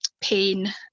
pain